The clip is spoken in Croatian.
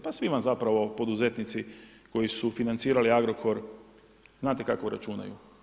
Pa svima zapravo poduzetnici koji su financirali Agrokor, znate kako računaju.